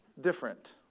different